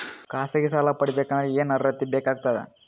ಖಾಸಗಿ ಸಾಲ ಪಡಿಬೇಕಂದರ ಏನ್ ಅರ್ಹತಿ ಬೇಕಾಗತದ?